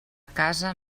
casa